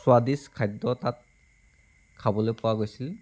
স্বাদিষ্ট খাদ্য তাত খাবলৈ পোৱা গৈছিল